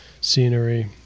scenery